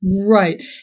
right